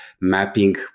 mapping